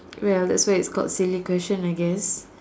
well that's why it's called silly question I guess